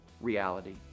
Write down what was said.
reality